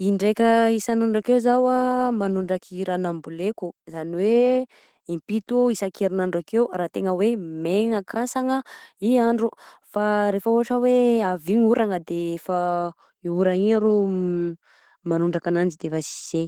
Indraika isanandro eo zao de manondraky raha amboleko izany hoe, impito isakerinandro akeo ra tena oe megna kasagna ny andro fa ra ohatra oe avy iny ny orana de efa io orana iny arô manondraka agnanjy defa si zegny.